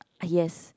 yes